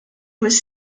was